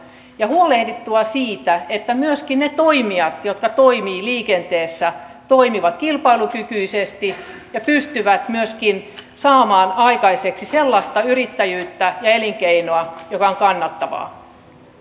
ja huolehtia siitä että ne toimijat jotka toimivat liikenteessä toimivat kilpailukykyisesti ja pystyvät myöskin saamaan aikaiseksi sellaista yrittäjyyttä ja elinkeinoa joka on kannattavaa